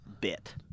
bit